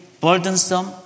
burdensome